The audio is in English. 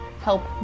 help